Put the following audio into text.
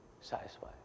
satisfy